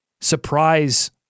surprise